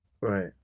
right